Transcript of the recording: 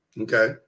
Okay